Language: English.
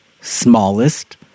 Smallest